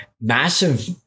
massive